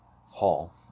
hall